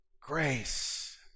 grace